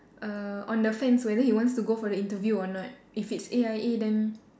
err on the fence whether he wants to go for the interview or not if it's A_I_A then